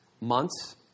months